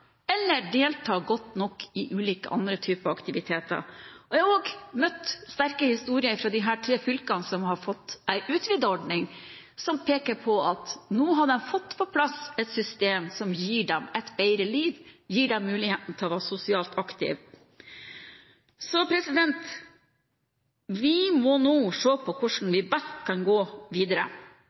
eller delta godt nok i ulike andre typer aktiviteter. Jeg har også møtt sterke historier fra personer fra disse tre fylkene som har fått en utvidet ordning, som peker på at nå har de fått på plass et system som gir dem et bedre liv, som gir dem muligheten til å være sosialt aktive. Vi må nå se på hvordan vi best kan gå videre,